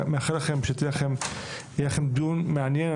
מאחל לכם שיהיה לכם דיון מעניין,